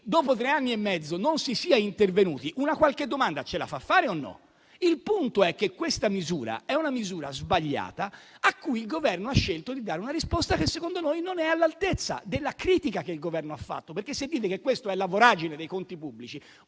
dopo tre anni e mezzo, non si sia intervenuti ci porta a porci qualche domanda o no? Il punto è che questa è una misura sbagliata a cui il Governo ha scelto di dare una risposta che, secondo noi, non è all'altezza della critica che il Governo ha fatto. Se infatti dite che questa è la voragine dei conti pubblici,